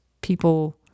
people